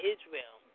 Israel